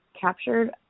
captured